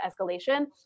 escalation